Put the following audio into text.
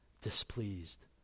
displeased